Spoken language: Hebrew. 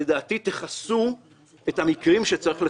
לדעתי תכסו את המקרים שצריך לכסות.